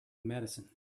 medicine